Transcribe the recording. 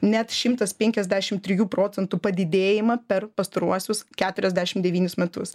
net šimtas penkiasdešim trijų procentų padidėjimą per pastaruosius keturiasdešim devynis metus